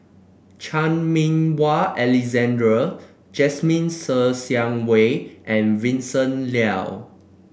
Chan Meng Wah Alexander Jasmine Ser Xiang Wei and Vincent Leow